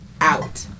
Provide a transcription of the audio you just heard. out